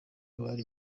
abari